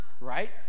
Right